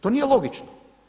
To nije logično.